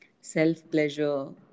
self-pleasure